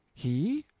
he?